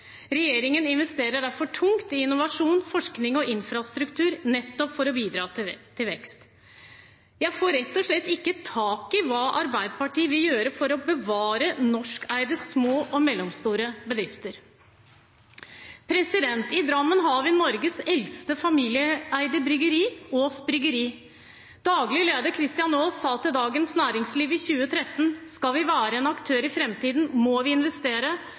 Regjeringen investerer derfor tungt i innovasjon, forskning og infrastruktur, nettopp for å bidra til vekst. Jeg får rett og slett ikke tak i hva Arbeiderpartiet vil gjøre for å bevare norskeide små og mellomstore bedrifter. I Drammen ligger Norges eldste familieeide bryggeri, Aass Bryggeri. Daglig leder, Christian Aass, sa til Dagens Næringsliv i 2013: «Skal vi være en aktør i fremtiden er vi nødt til å investere,